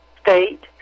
state